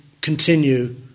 continue